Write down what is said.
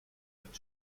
that